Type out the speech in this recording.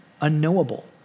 unknowable